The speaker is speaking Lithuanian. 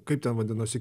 kaip ten vadinosi